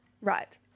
Right